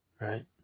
Right